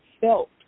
felt